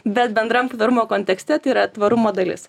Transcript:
bet bendram tvarumo kontekste tai yra tvarumo dalis